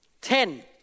Ten